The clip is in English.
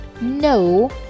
No